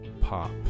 pop